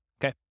Okay